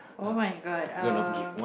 oh-my-god uh